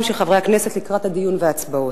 של חברי הכנסת לקראת הדיון וההצבעות.